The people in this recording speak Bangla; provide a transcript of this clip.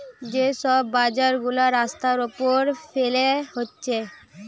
যে সব বাজার গুলা রাস্তার উপর ফেলে হচ্ছে